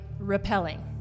rappelling